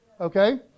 Okay